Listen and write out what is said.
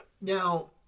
Now